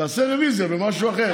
תעשה רוויזיה במשהו אחר.